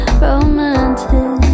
romantic